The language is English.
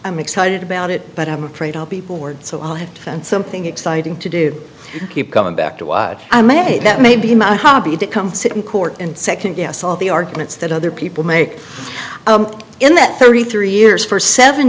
i'm excited about it but i'm afraid all people were so i'll have to find something exciting to do keep coming back to watch i may that may be my hobby to come sit in court and second guess all the arguments that other people make in that thirty three years for seven